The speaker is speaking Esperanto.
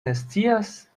nescias